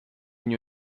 new